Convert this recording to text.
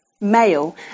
Male